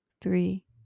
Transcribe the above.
three